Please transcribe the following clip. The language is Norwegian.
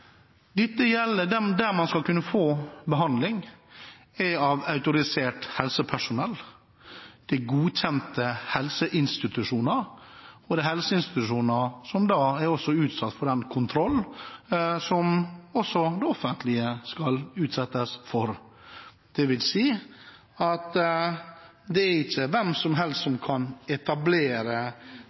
Dette gjelder der man kan få behandling av autorisert helsepersonell, det er godkjente helseinstitusjoner, og det er helseinstitusjoner som er utsatt for den samme kontroll som også det offentlige skal utsettes for, dvs. at det ikke er hvem som helst som kan etablere